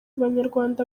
banyarwanda